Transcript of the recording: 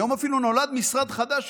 היום אפילו נולד משרד חדש,